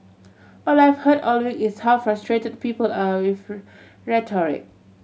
all I've heard all week is how frustrated people are with rhetoric